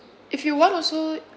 if you want also